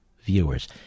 viewers